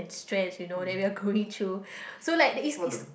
stress you know that we are going through so like